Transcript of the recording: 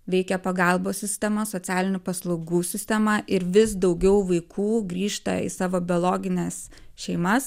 veikia pagalbos sistema socialinių paslaugų sistema ir vis daugiau vaikų grįžta į savo biologines šeimas